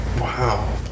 Wow